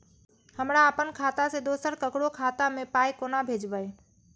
हमरा आपन खाता से दोसर ककरो खाता मे पाय कोना भेजबै?